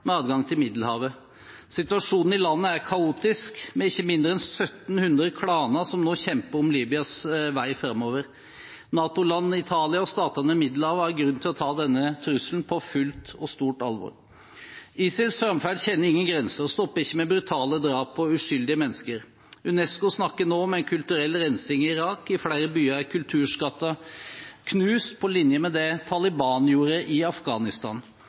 med adgang til Middelhavet. Situasjonen i landet er kaotisk med ikke mindre enn 1 700 klaner som nå kjemper om Libyas vei framover. NATO-landet Italia og statene ved Middelhavet har grunn til å ta denne trusselen på fullt og stort alvor. ISILs framferd kjenner ingen grenser og stopper ikke med brutale drap på uskyldige mennesker. UNESCO snakker nå om en kulturell rensing i Irak. I flere byer er kulturskatter knust, på linje med det Taliban gjorde i Afghanistan.